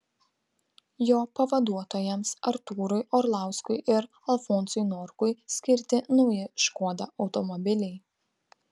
jo pavaduotojams artūrui orlauskui ir alfonsui norkui skirti nauji škoda automobiliai